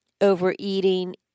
overeating